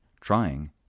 trying